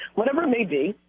whatever, maybe.